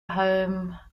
home